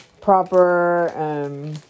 proper